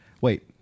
Wait